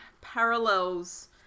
parallels